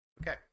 Okay